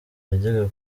yajyaga